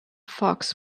fox